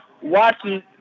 watching